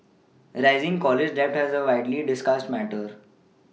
rising college debt has a widely discussed matter